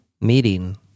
meeting